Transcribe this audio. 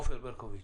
עופר ברקוביץ'